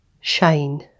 shine